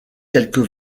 quelques